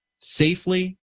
safely